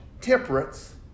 temperance